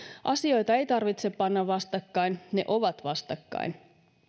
asioita ei tarvitse panna vastakkain ne ovat vastakkain